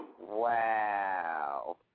Wow